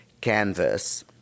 canvas